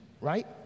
right